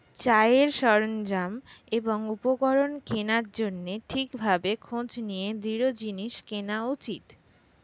চাষের সরঞ্জাম এবং উপকরণ কেনার জন্যে ঠিক ভাবে খোঁজ নিয়ে দৃঢ় জিনিস কেনা উচিত